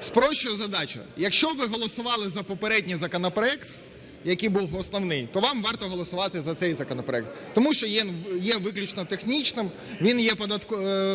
Спрощую задачу. Якщо ви голосували за попередній законопроект, який був основний, то вам варто голосувати за цей законопроект, тому що він є виключно технічним, він є